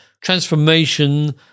transformation